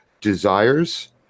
desires